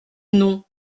nom